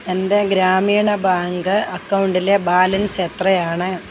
എൻ്റെ ഗ്രാമീണ ബാങ്ക് അക്കൗണ്ടിലെ ബാലൻസ് എത്രയാണ്